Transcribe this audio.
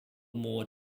more